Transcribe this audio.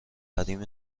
حریم